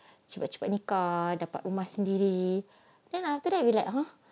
cepat cepat nikah dapat rumah sendiri then after that we are like ha